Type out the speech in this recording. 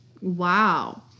Wow